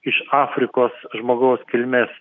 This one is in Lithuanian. iš afrikos žmogaus kilmės